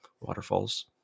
waterfalls